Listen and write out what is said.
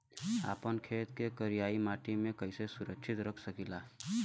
आपन खेत के करियाई माटी के कइसे सुरक्षित रख सकी ला?